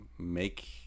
make